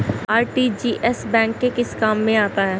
RTGS bank के किस काम में आता है?